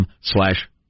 slash